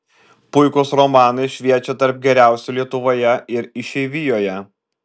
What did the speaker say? puikūs romanai šviečią tarp geriausių lietuvoje ir išeivijoje